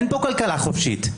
אין פה כלכלה חופשית.